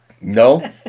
No